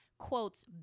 quotes